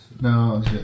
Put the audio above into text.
No